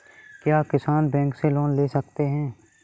क्या किसान बैंक से लोन ले सकते हैं?